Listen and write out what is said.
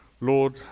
Lord